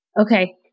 Okay